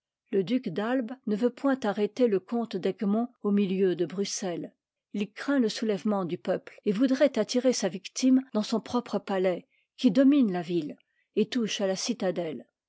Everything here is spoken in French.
le duc d'albe ne veut point faire arrêter le comte d'egmont au milieu de bruxelles il craint le soulèvement du peuple et voudrait attirer sa victime dans son propre palais qui domine la ville et touche à la citadelle